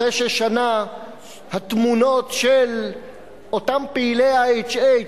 אחרי ששנה התמונות של אותם פעילי ה-IHH,